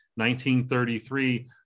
1933